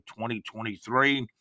2023